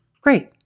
Great